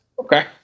Okay